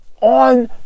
on